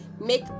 Make